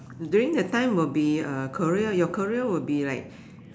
during that time would be uh career your career would be like